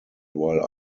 while